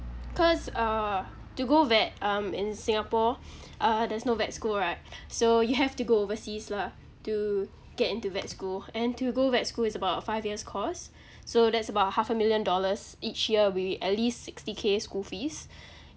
cause uh to go vet um in singapore uh there's no vet school right so you have to go overseas lah to get into vet school and to go vet school is about five years course so that's about half a million dollars each year with at least sixty k school fees